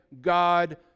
God